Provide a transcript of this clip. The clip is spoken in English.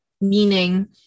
Meaning